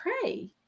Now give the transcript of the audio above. pray